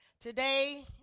Today